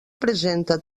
presenta